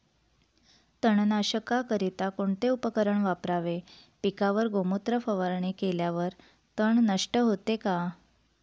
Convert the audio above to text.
तणनाशकाकरिता कोणते उपकरण वापरावे? पिकावर गोमूत्र फवारणी केल्यावर तण नष्ट होते का?